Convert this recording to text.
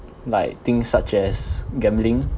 like things such as gambling